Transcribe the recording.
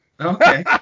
Okay